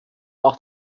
auch